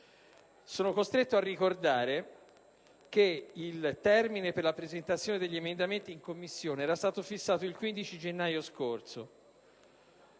Sono costretto a ricordare che il termine per la presentazione degli emendamenti in Commissione era stato fissato al 15 gennaio scorso.